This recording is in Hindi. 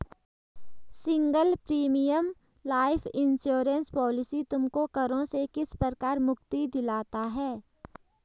Single premium life insurance policy तुमको करों से किस प्रकार मुक्ति दिलाता है?